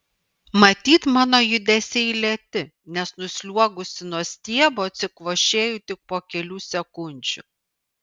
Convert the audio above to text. matyt mano judesiai lėti nes nusliuogusi nuo stiebo atsikvošėju tik po kelių sekundžių